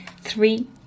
three